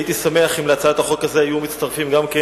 הייתי שמח אם להצעת החוק הזו היו מצטרפים גם כן